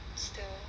still